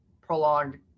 prolonged